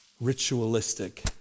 ritualistic